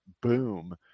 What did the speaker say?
boom